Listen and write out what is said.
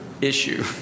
issue